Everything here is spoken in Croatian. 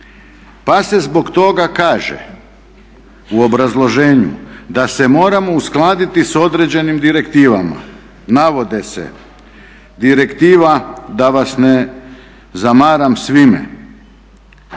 Pa se zbog toga kaže u obrazloženju da se moramo uskladiti sa određenim direktivama. Navode se direktiva da vas ne zamaram svime